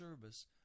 service